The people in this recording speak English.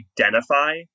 identify